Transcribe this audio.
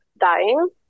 dying